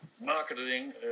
marketing